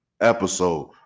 episode